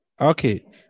okay